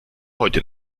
heute